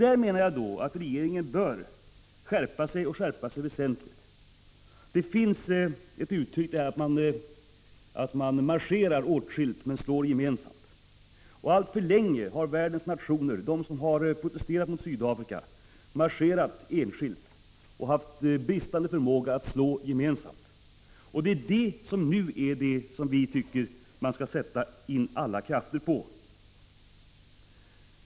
Jag menar att regeringen på dessa områden bör skärpa sig, och det väsentligt. Marschera åtskilt, slåss tillsammans. Alltför länge har de av världens nationer som protesterat mot Sydafrikas apartheidpolitik marscherat åtskil da och saknat förmåga att slåss tillsammans. Vi tycker att man nu skall sätta in alla krafter på att få till stånd en gemensam attack.